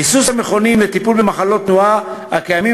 ביסוס המכונים לטיפול במחלות תנועה הקיימים